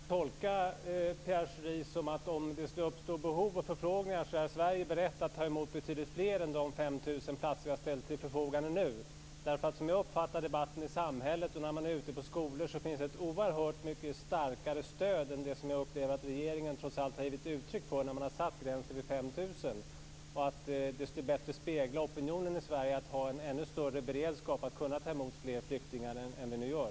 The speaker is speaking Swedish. Fru talman! Skall jag tolka Pierre Schori så att om det skulle uppstå behov och förfrågningar är Sverige berett att ta emot betydligt fler än de 5 000 för vilka vi nu ställt platser till förfogande? Som jag uppfattar debatten ute i samhället och när jag är ute på skolor finns det ett oerhört mycket starkare stöd än det jag upplever att regeringen trots allt har gett uttryck för när man satt gränsen vid 5 000 och att det bättre skulle spegla opinionen i Sverige att ha en ännu större beredskap för att kunna ta emot fler flyktingar än vi nu gör.